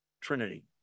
Trinity